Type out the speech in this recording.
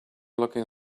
looking